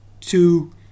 two